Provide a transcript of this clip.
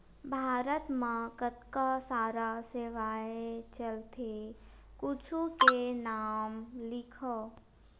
भारत मा कतका सारा सेवाएं चलथे कुछु के नाम लिखव?